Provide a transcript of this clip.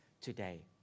today